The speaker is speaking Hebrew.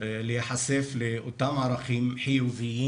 להיחשף לאותם ערכים חיוביים.